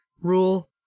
rule